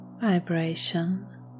vibration